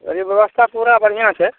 कहलियै व्यवस्था पूरा बढ़िआँ छै